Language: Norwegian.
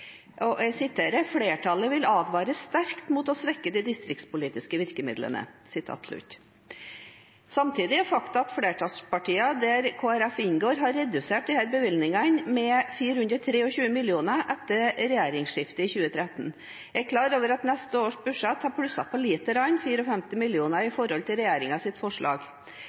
næringsutvikling. Jeg siterer: «Flertallet vil advare sterkt imot å svekke de distriktspolitiske virkemidlene.» Samtidig er det et faktum at flertallspartiene, der Kristelig Folkeparti inngår, har redusert disse bevilgningene med 423 mill. kr etter regjeringsskiftet i 2013. Jeg er klar over at det i neste års budsjett er plusset på lite grann – 54 mill. kr i forhold til regjeringens forslag.